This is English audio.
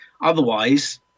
otherwise